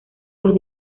los